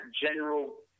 general